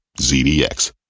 ZDX